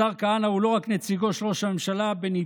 השר כהנא הוא לא רק נציגו של ראש הממשלה בניתוח